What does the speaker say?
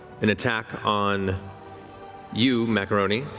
an attack on you, macaroni.